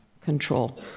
control